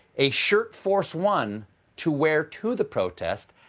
a shirt force one to wear to the protest,